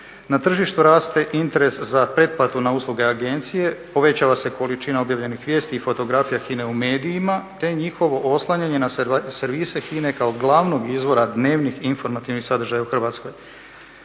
na tržištu raste interes za pretplatu na usluge agencije, povećava se količina objavljenih vijesti i fotografija HINA-e u medijima te njihovo oslanjanje na servise HINA-e kao glavnog izvora dnevnih informativnih sadržaja u Hrvatskoj.